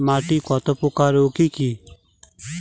মাটি কতপ্রকার ও কি কী?